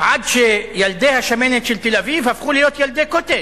עד שילדי השמנת של תל-אביב הפכו להיות ילדי "קוטג'",